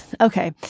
Okay